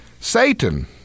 Satan